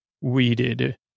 weeded